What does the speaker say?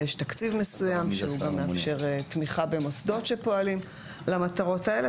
יש תקציב מסוים שהוא גם מאפשר תמיכה במוסדות שפועלים למטרות האלה.